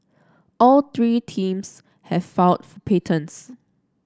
all three teams have filed for patents